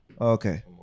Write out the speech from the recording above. okay